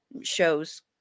shows